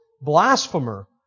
blasphemer